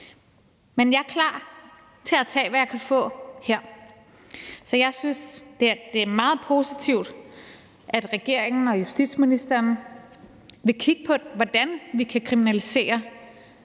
men jeg er klar til at tage, hvad jeg kan få her. Jeg synes, det er meget positivt, at regeringen og justitsministeren vil kigge på, hvordan vi kan kriminalisere